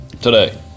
Today